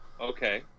Okay